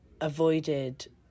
avoided